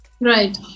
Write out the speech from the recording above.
Right